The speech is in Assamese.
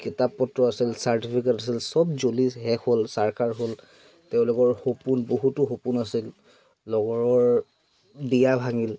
কিতাপ পত্ৰ আছিল চাৰ্টিফিকেট আছিল চব জ্বলি শেষ হ'ল চাৰখাৰ হ'ল তেওঁলোকৰ সপোন বহুতো সপোন আছিল লগৰৰ বিয়া ভাঙিল